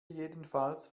jedenfalls